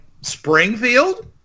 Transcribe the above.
Springfield